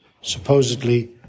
supposedly